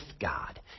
God